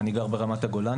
אני גר ברמת הגולן,